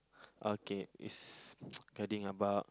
okay is caring about